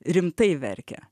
rimtai verkia